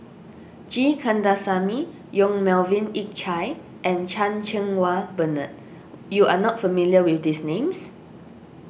G Kandasamy Yong Melvin Yik Chye and Chan Cheng Wah Bernard you are not familiar with these names